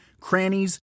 crannies